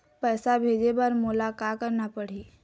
पैसा भेजे बर मोला का करना पड़ही?